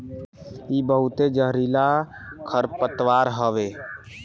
इ बहुते जहरीला खरपतवार हवे